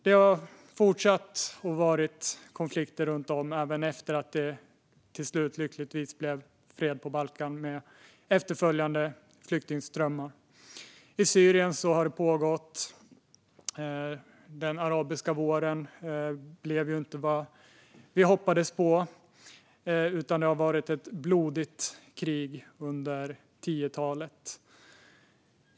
Det har fortsatt att vara konflikter runt om, även efter att det till slut lyckligtvis blev fred på Balkan, med efterföljande flyktingströmmar. I Syrien har det pågått sedan den arabiska våren inte blev vad vi hoppades på. Det har varit blodigt krig under 2010-talet.